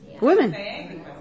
Women